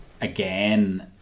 again